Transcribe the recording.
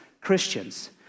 Christians